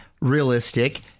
realistic